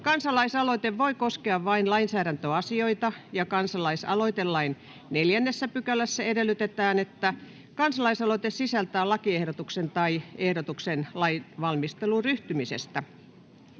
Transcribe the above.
kansalaisaloite voi koskea vain lainsäädäntöasioita, ja kansalaisaloitelain 4 §:ssä edellytetään, että kansalaisaloite sisältää lakiehdotuksen tai ehdotuksen lainvalmisteluun ryhtymisestä.